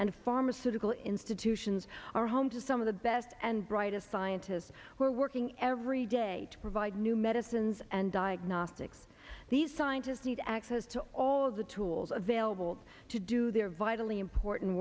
and pharmaceutical institutions are home to some of the best and brightest scientists who are working every day to provide new medicines and diagnostics these scientists need access to all the tools available to do their vitally important